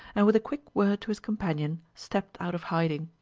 and with a quick word to his companion, stepped out of hiding.